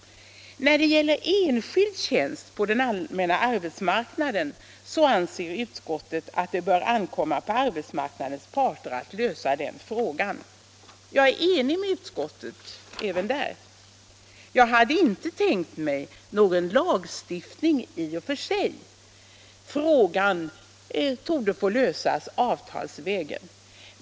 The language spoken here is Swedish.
I fråga om enskild tjänst på den allmänna arbetsmarknaden anser utskottet att det bör ankomma på arbetsmarknadens parter att lösa den frågan. Jag är ense med utskottet även därvidlag. Jag hade inte tänkt mig någon lagstiftning; frågan torde få lösas avtalsvägen.